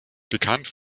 bekannt